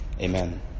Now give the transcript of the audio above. amen